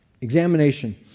Examination